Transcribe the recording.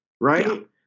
Right